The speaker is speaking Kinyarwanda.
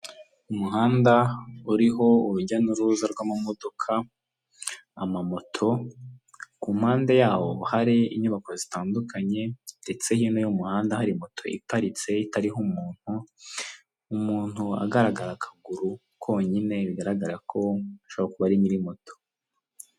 Umuhanda uriho urujya n'uruza rw'amamodoka, amamoto, ku mpande yaho hari inyubako zitandukanye, ndetse hino y'umuhanda hari moto iparitse itariho umuntu, umuntu agaragara akaguru konyine, bigaragara ko ashobora kuba ari nyiri moto.